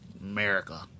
America